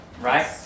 right